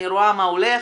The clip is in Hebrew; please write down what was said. אני רואה מה הולך,